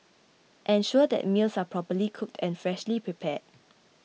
ensure that meals are properly cooked and freshly prepared